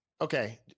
Okay